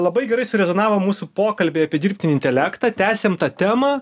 labai gerai surezonavo mūsų pokalbiai apie dirbtinį intelektą tęsiam tą temą